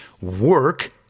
work